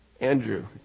Andrew